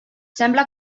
sembla